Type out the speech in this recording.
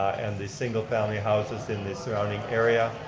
and the single family houses in the surrounding area.